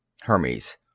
Hermes